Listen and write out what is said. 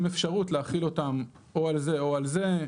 אפשרות להחיל אותם או על זה או על זה.